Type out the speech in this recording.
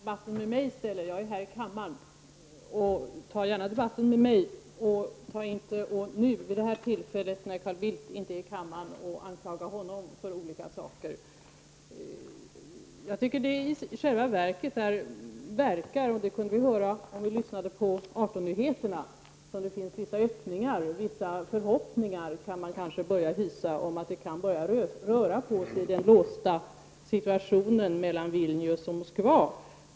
Herr talman! Jag tycker att Per Gahrton skall ta debatten med mig i stället, eftersom jag är närvarande här i kammaren. Han skall inte anklaga Carl Bildt för olika saker nu när han inte är i kammaren. Jag tycker att det verkar som om det nu — det kunde vi höra i nyheterna kl. 18.00 — finns vissa öppningar. Vissa förhoppningar kan man kanske hysa om att det kan börja röra på sig i den låsta situationen mellan Vilnius och Moskva.